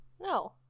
No